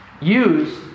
use